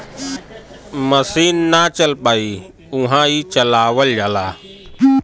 मसीन ना चल पाई उहा ई चलावल जाला